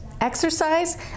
exercise